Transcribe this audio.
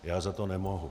Já za to nemohu.